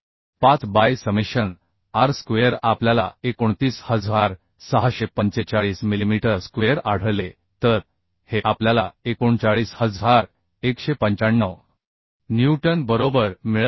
5 by summation r square आपल्याला 29645 millimetre square आढळले तर हे आपल्याला 39195 न्यूटन बरोबर मिळत आहे